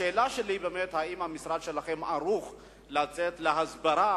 השאלה שלי היא אם המשרד שלכם ערוך לצאת להסברה